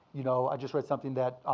you know i just read something that